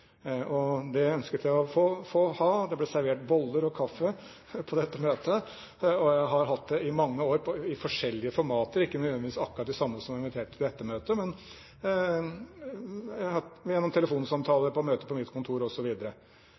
ønsket jeg å ha. Det ble servert boller og kaffe på dette møtet. Jeg har hatt det i mange år i forskjellige formater – ikke nødvendigvis med akkurat de samme som ble invitert til dette møtet, men jeg har hatt telefonsamtaler, møter på mitt kontor